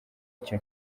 icyo